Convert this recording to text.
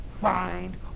find